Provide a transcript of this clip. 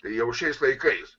jau šiais laikais